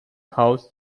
housed